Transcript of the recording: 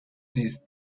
these